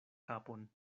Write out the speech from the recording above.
kapon